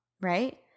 right